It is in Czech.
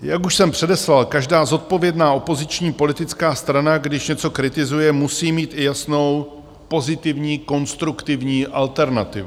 Jak už jsem předeslal, každá zodpovědná opoziční politická strana, když něco kritizuje, musí mít i jasnou pozitivní, konstruktivní alternativu.